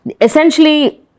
essentially